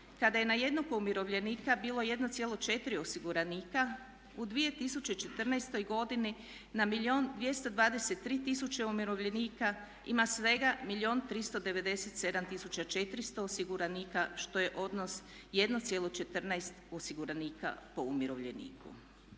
kada je na jednako umirovljenika bilo 1,4 osiguranika u 2014.godini na 1 milijun i 223 tisuće umirovljenika ima svega 1 milijun 397 tisuća 400 osiguranika što je odnos 1,14 osiguranika po umirovljeniku.